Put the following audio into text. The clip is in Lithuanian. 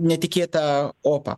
netikėta opa